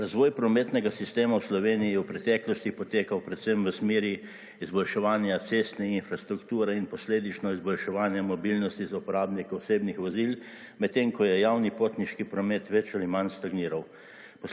Razvoj prometnega sistema v Sloveniji je v preteklosti potekal predvsem v smeri izboljševanja cestne infrastrukture in posledično izboljševanja mobilnosti za uporabnike osebnih vozil, medtem ko je javni potniški promet več ali manj stagniral.